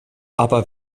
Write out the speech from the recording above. aber